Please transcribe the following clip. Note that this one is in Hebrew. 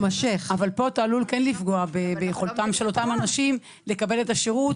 אבל פה אתה עלול כן לפגוע ביכולתם של אותם אנשים לקבל את השירות,